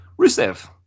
Rusev